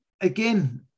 again